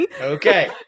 okay